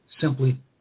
simply